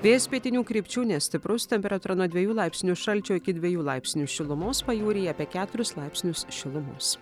vėjas pietinių krypčių nestiprus temperatūra nuo dviejų laipsnių šalčio iki dviejų laipsnių šilumos pajūryje apie keturis laipsnius šilumos